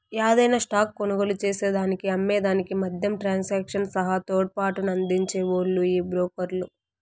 యాదైన స్టాక్ కొనుగోలు చేసేదానికి అమ్మే దానికి మద్యం ట్రాన్సాక్షన్ సహా తోడ్పాటునందించే ఓల్లు ఈ బ్రోకర్లు